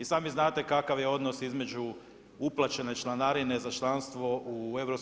I sami znate kakav je odnos između uplaćene članarine za članstvo u EU